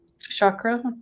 chakra